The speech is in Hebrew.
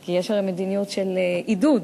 כי יש הרי מדיניות של עידוד.